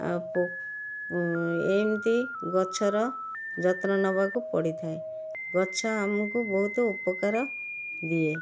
ଆଉ ଏମିତି ଗଛର ଯତ୍ନ ନେବାକୁ ପଡ଼ିଥାଏ ଗଛ ଆମକୁ ବହୁତ ଉପକାର ଦିଏ